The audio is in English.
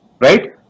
right